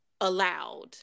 allowed